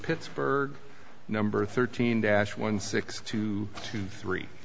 pittsburgh number thirteen dash one six two two three